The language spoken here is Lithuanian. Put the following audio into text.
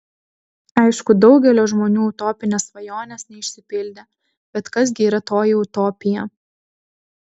aišku daugelio žmonių utopinės svajonės neišsipildė bet kas gi yra toji utopija